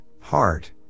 heart